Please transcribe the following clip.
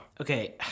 okay